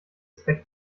zweck